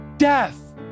death